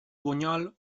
bunyol